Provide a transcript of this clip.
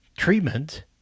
Treatment